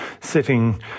sitting